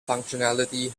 functionality